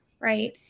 right